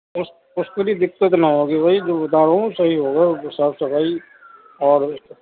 اُس اُس کے لئے دقت نہ ہوگی وہی جو بتا رہا ہوں صحیح ہوگا صاف صفائی اور